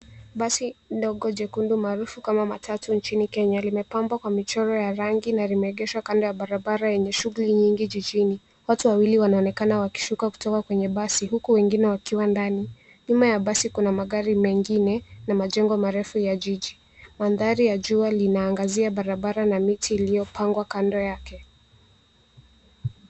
Basi ndogo jekundu maarufu kama matatu nchini Kenya limepambwa kwa michoro ya rangi na limeegeshwa kando ya barabara yenye shughuli nyingi jijini. Watu wawili wanaonekana wakishuka kutoka kwenye basi huku wengine wakiwa ndani. Nyuma ya basi kuna magari mengine na majengo marefu ya jiji. Mandhari ya jua linaangazia barabara na miti iliyopangwa kando yake.